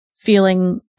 feeling